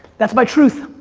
that's my truth.